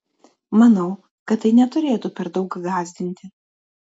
manau kad tai neturėtų per daug gąsdinti